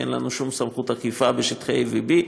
כי אין לנו שום סמכות אכיפה בשטחי A ו-B.